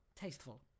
tasteful